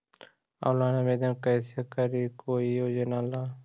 Online आवेदन कैसे करी कोई योजना ला?